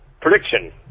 Prediction